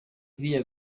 iriya